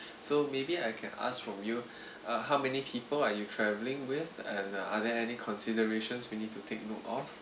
so maybe I can ask from you uh how many people are you travelling with and uh are there any considerations we need to take note of